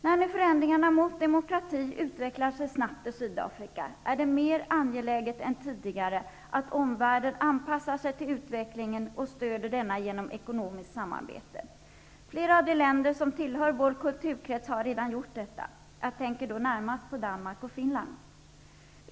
När nu förändringarna i riktning mot demokrati utvecklar sig snabbt i Sydafrika är det mer angeläget än tidigare att omvärlden anpassar sig till utvecklingen och stöder denna genom ekonomiskt samarbete. Flera av de länder som tillhör vår kulturkrets har redan gjort detta -- jag tänker då närmast på Danmark och Finland.